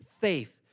faith